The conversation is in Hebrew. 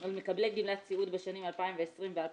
על מקבלי גמלת סיעוד בשנים 2020 ו-2021,